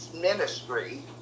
ministry